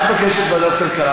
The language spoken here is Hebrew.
את מבקשת ועדת כלכלה.